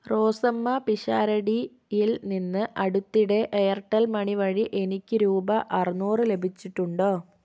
റോസമ്മ പിഷാരടിയിൽ നിന്ന് അടുത്തിടെ എയർടെൽ മണി വഴി എനിക്ക് രൂപ അറുന്നൂറ് ലഭിച്ചിട്ടുണ്ടോ